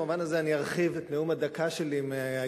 במובן הזה אני ארחיב את נאום הדקה שלי מהיום,